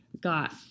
got